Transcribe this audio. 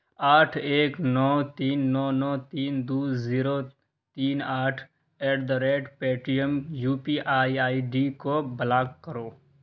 آٹھ ایک نو تین نو نو تین دو زیرو تین آٹھ at the rate Paytm U P I I D کو بلاک کرو